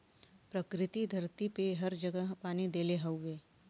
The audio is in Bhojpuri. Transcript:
प्रकृति धरती पे हर जगह पानी देले हउवे